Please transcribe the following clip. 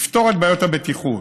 לפתור את בעיות הבטיחות